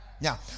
now